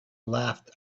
laughed